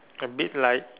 a bit like